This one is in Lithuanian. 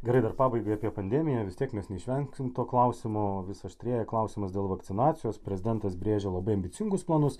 gerai dar pabaigai apie pandemiją vis tiek mes neišvengsim to klausimo vis aštrėja klausimas dėl vakcinacijos prezidentas brėžia labai ambicingus planus